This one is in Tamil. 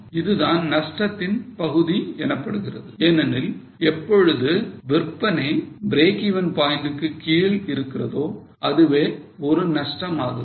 இதுதான் நஷ்டத்தின் பகுதி எனப்படுகிறது ஏனெனில் எப்பொழுது விற்பனை breakeven point க்கு கீழ் இருக்கிறதோ அதுவே ஒரு நஷ்டம் ஆகிறது